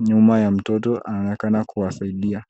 nyuma ya mtoto anaonekana kuwasaidia.